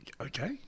Okay